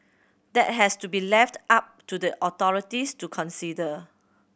that has to be left up to the authorities to consider